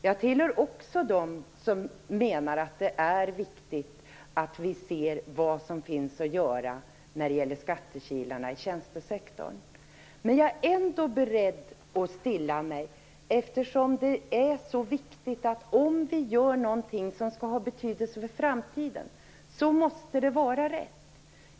Jag tillhör också dem som menar att det är viktigt att vi ser vad som finns att göra när det gäller skattekilarna i tjänstesektorn. Men jag är ändå beredd att stilla mig. Om vi gör någonting som har betydelse för framtiden är det viktigt att det är rätt.